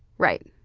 right,